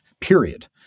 period